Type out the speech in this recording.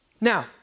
Now